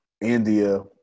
India